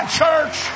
church